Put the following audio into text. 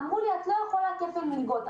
אמרו לי: את לא יכולה כפל מלגות,